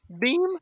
beam